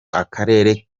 akarere